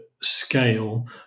scale